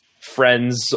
friends